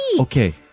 Okay